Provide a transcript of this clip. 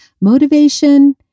Motivation